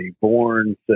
born